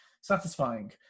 satisfying